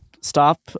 stop